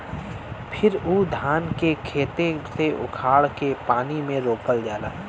फिर उ धान के खेते से उखाड़ के पानी में रोपल जाला